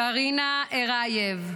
קרינה ארייב,